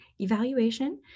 evaluation